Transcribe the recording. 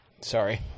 Sorry